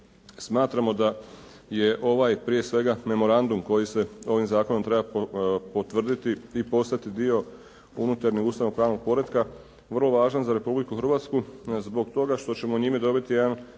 Smatramo da je ovaj prije svega memorandum koji se ovim zakonom treba potvrditi i postati dio unutarnjeg ustavnog pravnog poretka, vrlo važan za Republiku Hrvatsku zbog toga što ćemo njime dobiti jedan